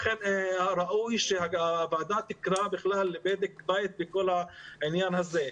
לכן ראוי שהוועדה תקרא לבדק בית בכל העניין הזה.